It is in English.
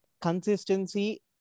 consistency